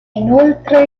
inoltre